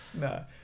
no